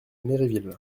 méréville